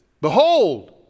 behold